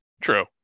True